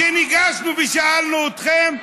כשניגשנו ושאלנו אתכם,